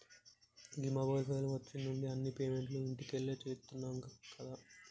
గీ mobile phone వచ్చిన్నుండి అన్ని పేమెంట్లు ఇంట్లకెళ్లే చేత్తున్నం గదా